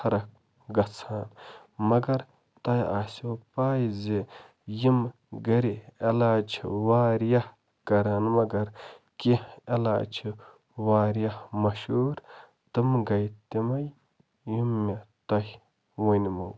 فرق گَژھان مگر تۄہہِ آسیو پَے زِ یِم گَرِ علاج چھِ واریاہ کَران مگر کیٚنٛہہ علاج چھِ واریاہ مشہوٗر تِم گٔے تِمَے یِم مےٚ تۄہہِ ؤنۍمو